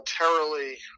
voluntarily